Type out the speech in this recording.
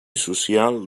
social